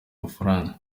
mafaranga